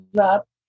up